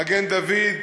מגן-דוד-אדום,